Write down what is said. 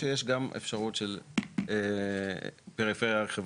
שיש גם אפשרות של פריפריה חברתית.